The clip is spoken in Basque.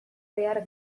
behar